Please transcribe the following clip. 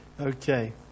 Okay